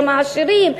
גם העשירים,